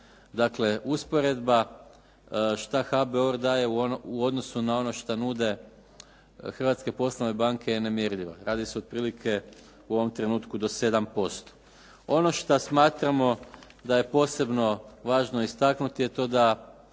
Dakle, usporedba šta HBOR daje u odnosu na ono šta nude hrvatske poslovne banke nemjerljiva. Radi se otprilike u ovom trenutku do 7%. Ono šta smatramo da je posebno važno istaknuti je to da